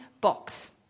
box